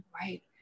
Right